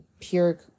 pure